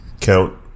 count